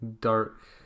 dark